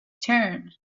turn